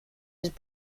was